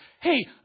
Hey